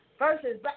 Versus